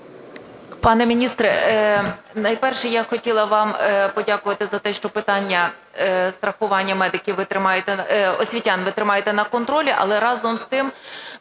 Пане міністр, найперше, я хотіла вам подякувати за те, що питання страхування освітян ви тримаєте на контролі. Але разом з тим